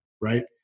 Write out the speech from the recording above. right